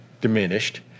diminished